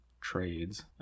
trades